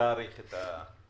להאריך את התקנים.